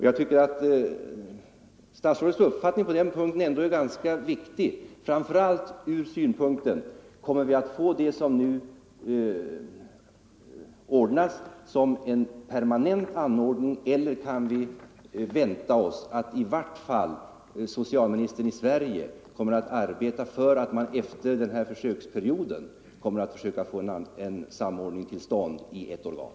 Jag tycker att statsrådets uppfattning på den punkten ändå är ganska viktig, framför allt ur följande synpunkt: Kommer vi att få det som nu ordnas som en permanent anordning eller kan vi vänta oss att i vart fall socialministern i Sverige kommer att arbeta för att man efter försöksperioden skall få en samordning till stånd i ert organ?